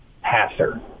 passer